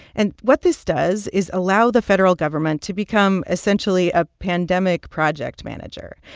and what this does is allow the federal government to become, essentially, a pandemic project manager.